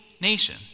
nation